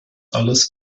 alles